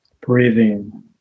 breathing